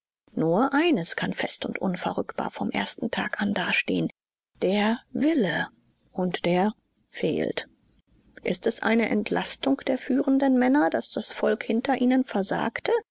nur eines kann fest und unverrückbar vom ersten tag an dastehen der wille und der fehlte ist es eine entlastung der führenden männer daß das volk hinter ihnen versagte